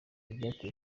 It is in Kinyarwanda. byateye